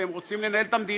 אתם רוצים לנהל את המדינה?